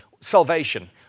salvation